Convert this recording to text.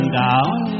down